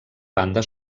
banda